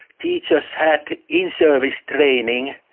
teachers had in-service training.